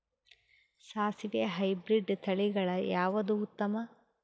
ಸಾಸಿವಿ ಹೈಬ್ರಿಡ್ ತಳಿಗಳ ಯಾವದು ಉತ್ತಮ?